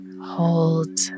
hold